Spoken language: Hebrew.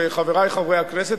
חברי חברי הכנסת,